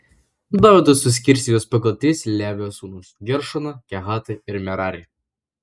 dovydas suskirstė juos pagal tris levio sūnus geršoną kehatą ir merarį